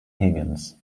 higgins